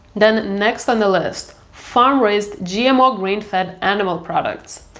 then next on the list, farm raised gmo grain fed animal products.